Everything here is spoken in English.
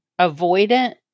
Avoidant